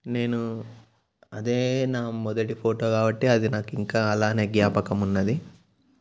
నేను అదే నా మొదటి ఫోటో కాబట్టి అది నాకు ఇంకా అలానే జ్ఞాపకం ఉన్నది